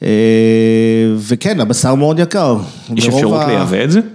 וכן, הבשר מאוד יקר. יש אפשרות להיאבד?